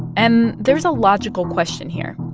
and there is a logical question here.